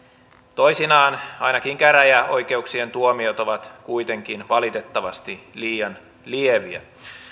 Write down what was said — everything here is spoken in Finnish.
toisinaan ainakin käräjäoikeuksien tuomiot ovat kuitenkin valitettavasti liian lieviä